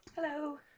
Hello